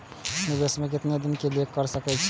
निवेश में केतना दिन के लिए कर सके छीय?